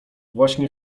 właśnie